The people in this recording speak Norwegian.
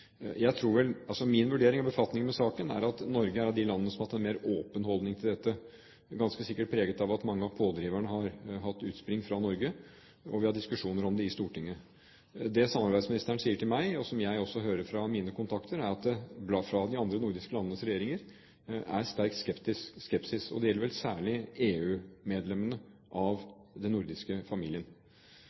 Jeg vil spørre utenriksministeren om Norge fortsatt vil arbeide for at dette forslaget kan realiseres. Som representanten vet, er det samarbeidsministeren som fronter og diskuterer disse sakene med sine kolleger. Det er de ministrene som utgjør Ministerrådet, som vurderer denne type satsinger. Min vurdering, ut fra min befatning med saken, er at Norge er av de landene som har hatt en mer åpen holdning til dette, ganske sikkert preget av at mange av pådriverne har hatt sitt grunnlag fra Norge, og at vi har diskusjoner om det i Stortinget. Det samarbeidsministeren sier